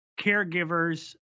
caregivers